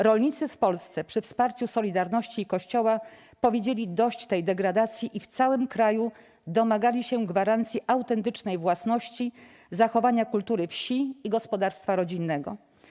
Rolnicy w Polsce, przy wsparciu 'Solidarności' i Kościoła, powiedzieli dość tej degradacji i w całym kraju domagali się gwarancji autentycznej własności, zachowania kultury wsi i gospodarstwa rodzinnego.